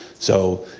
so